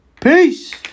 Peace